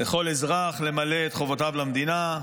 לכל אזרח למלא את חובותיו למדינה.